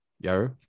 yo